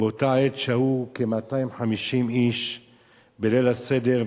ובאותה עת שהו כ-250 איש בליל הסדר.